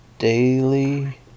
Daily